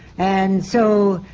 and so.